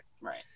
Right